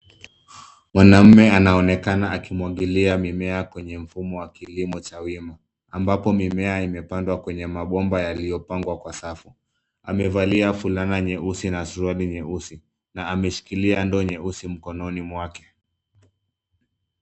Mwanaume anaonekana akimwagilia mimea kwenye mfumo wa kilimo cha wima, ambapo mimea imepandwa kwenye mabomba yaliyopangwa kwa safu. Amevalia fulana nyeusi na suruali nyeusi, na ameshikilia ndoo nyeusi mkononi mwake.